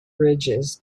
ridges